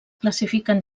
classifiquen